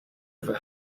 over